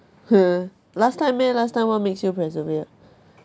last time eh last time what makes you persevere